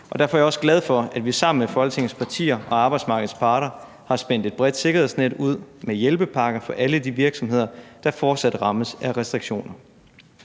derfor er jeg også glad for, at vi sammen med Folketingets partier og arbejdsmarkedets parter har spændt et bredt sikkerhedsnet ud med hjælpepakker for alle de virksomheder, der fortsat rammes af restriktioner,